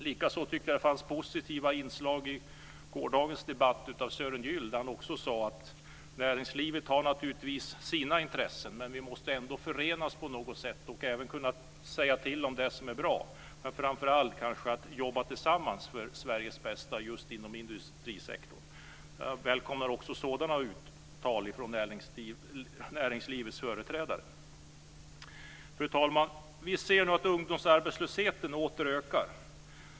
Likaså tycker jag att det kom positiva inslag från Sören Gyll i gårdagens debatt. Han sade att näringslivet har sina intressen, men att vi ändå måste förenas på något sätt och även kunna säga till om det som är bra. Framför allt måste man jobba tillsammans för Sveriges bästa just inom industrisektorn. Jag välkomnar sådana uttalanden från näringslivets företrädare. Fru talman! Vi ser nu att ungdomsarbetslösheten åter ökar.